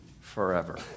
forever